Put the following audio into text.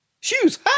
shoes